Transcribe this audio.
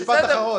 משפט אחרון.